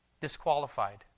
disqualified